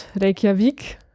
Reykjavik